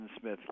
Smith